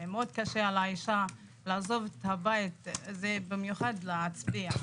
מאוד קשה לאישה לעזוב את הבית במיוחד להצביע.